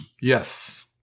Yes